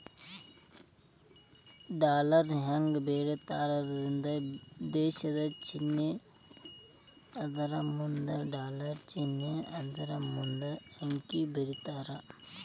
ಡಾಲರ್ನ ಹೆಂಗ ಬರೇತಾರಂದ್ರ ದೇಶದ್ ಚಿನ್ನೆ ಅದರಮುಂದ ಡಾಲರ್ ಚಿನ್ನೆ ಅದರಮುಂದ ಅಂಕಿ ಬರೇತಾರ